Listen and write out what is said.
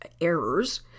errors